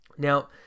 now